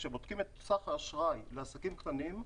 כשבודקים את סך האשראי לעסקים קטנים,